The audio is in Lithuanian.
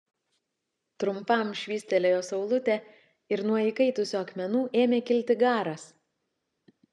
trumpam švystelėjo saulutė ir nuo įkaitusių akmenų ėmė kilti garas